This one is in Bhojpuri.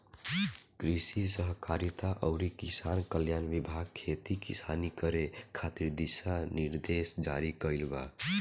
कृषि सहकारिता अउरी किसान कल्याण विभाग खेती किसानी करे खातिर दिशा निर्देश जारी कईले बा